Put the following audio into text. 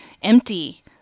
empty